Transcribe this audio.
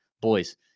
boys